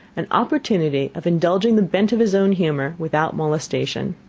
an opportunity of indulging the bent of his own humour without molestation.